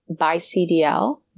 bycdl